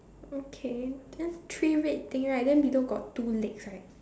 okay then three red thing right then below got two legs right